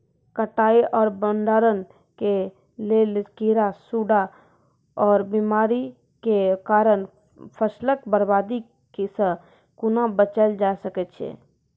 कटाई आर भंडारण के लेल कीड़ा, सूड़ा आर बीमारियों के कारण फसलक बर्बादी सॅ कूना बचेल जाय सकै ये?